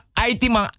aitima